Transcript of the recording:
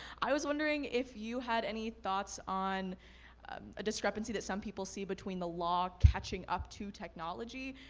i was wondering if you had any thoughts on ah discrepancy that some people see between the law catching up to technology?